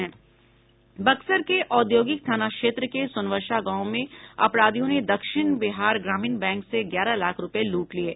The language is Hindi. बक्सर के औद्योगिक थाना क्षेत्र के सोनवर्षा गांव में अपराधियों ने दक्षिण बिहार ग्रामीण बैंक से ग्यारह लाख रुपये लूट लिये